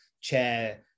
chair